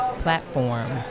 platform